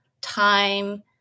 time